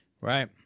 Right